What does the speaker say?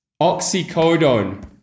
Oxycodone